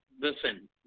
listen